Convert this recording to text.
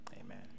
Amen